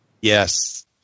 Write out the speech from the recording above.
Yes